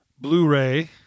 Blu-ray